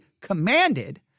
commanded